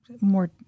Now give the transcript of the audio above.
more